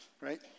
right